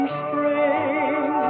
spring